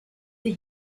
die